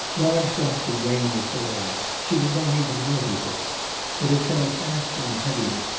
large drops of rain were falling, she did not even notice it but it fell faster and heavier,